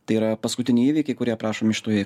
tai yra paskutiniai įvykiai kurie aprašomi šitoje